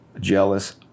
jealous